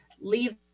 leave